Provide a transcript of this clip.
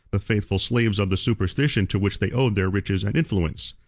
the faithful slaves of the superstition to which they owed their riches and influence.